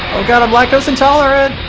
i'm lactose intolerant